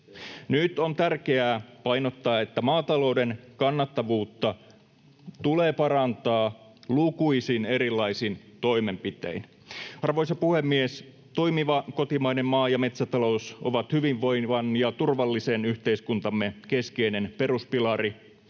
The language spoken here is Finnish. Nyt on tärkeää painottaa, että maatalouden kannattavuutta tulee parantaa lukuisin erilaisin toimenpitein. Arvoisa puhemies! Toimiva kotimainen maa- ja metsätalous on hyvinvoivan ja turvallisen yhteiskuntamme keskeinen peruspilari.